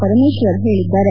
ಪರಮೇಶ್ವರ್ ಹೇಳಿದ್ದಾರೆ